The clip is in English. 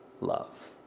love